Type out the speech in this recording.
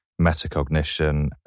metacognition